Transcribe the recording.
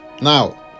Now